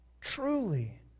truly